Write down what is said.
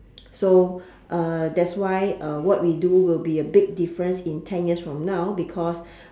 so uh that's why uh what we do will be a big difference in ten years from now because